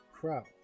crap